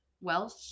Welsh